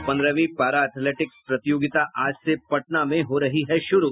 और पन्द्रहवीं para athletics प्रतियोगिता आज से पटना में हो रही है शुरू